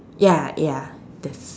ya ya that's